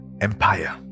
empire